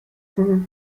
for